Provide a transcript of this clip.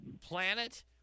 planet